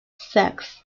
sex